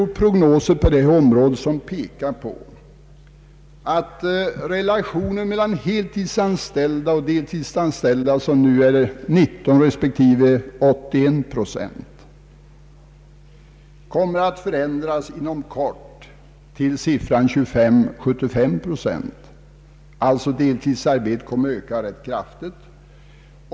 Prognoser på detta område pekar på att relationen mellan deltidsanställda och heltidsanställda, som nu är 19 respektive 81 procent, inom kort kommer att förändras till 25 respektive 75 procent. Antalet deltidsarbetande kommer alltså att öka rätt kraftigt.